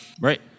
Right